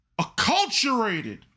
acculturated